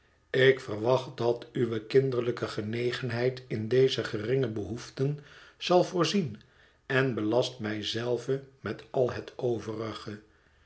ik verwacht dat uwe kinderlijke genegenheid in deze geringe behoeften zal voorzien en belast mij zelven met al het overige